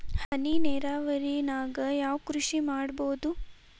ಹನಿ ನೇರಾವರಿ ನಾಗ್ ಯಾವ್ ಕೃಷಿ ಮಾಡ್ಬೋದು?